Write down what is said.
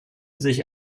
sich